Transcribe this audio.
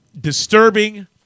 disturbing